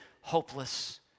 hopeless